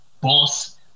boss